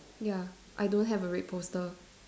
ya I don't have a red poster